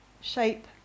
shape